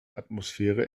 atmosphäre